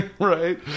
Right